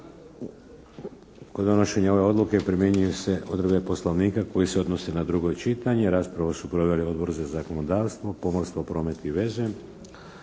Kod donošenja ove Odluke primjenjuje se odredbe Poslovnika koji se odnosi na drugo čitanje. Raspravu su proveli: Odbor za zakonodavstvo, pomorstvo, promet i veze,